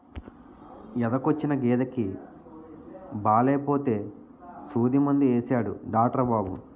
ఎదకొచ్చిన గేదెకి బాలేపోతే సూదిమందు యేసాడు డాట్రు బాబు